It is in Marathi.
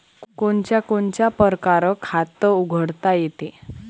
कोनच्या कोनच्या परकारं खात उघडता येते?